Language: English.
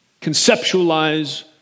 conceptualize